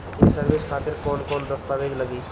ये सर्विस खातिर कौन कौन दस्तावेज लगी?